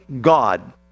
God